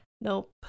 nope